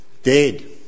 dead